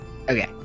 Okay